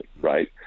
right